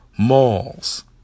malls